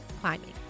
climbing